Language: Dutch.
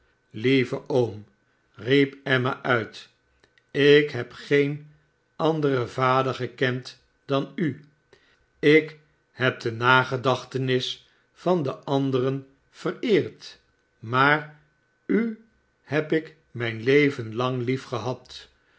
lieve oom riep emma uit ik heb geen anderen vader gekend dan u ik heb de nagedachtenis van den anderen vereerd maar u heb ik mijn leven lang